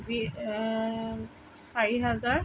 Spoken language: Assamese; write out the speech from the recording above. বি আ চাৰি হেজাৰ